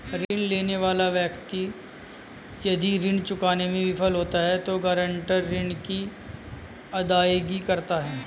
ऋण लेने वाला व्यक्ति यदि ऋण चुकाने में विफल होता है तो गारंटर ऋण की अदायगी करता है